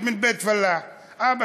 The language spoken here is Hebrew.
(אומר בערבית: אני בא מבית של פלאח.) אבא